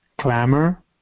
Clamor